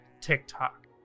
TikTok